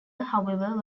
however